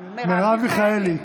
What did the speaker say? מיכאלי,